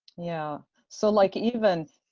yeah, so like even,